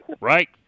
right